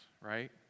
Right